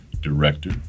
director